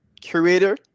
curator